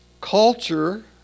Culture